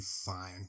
fine